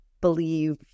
believe